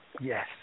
Yes